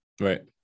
right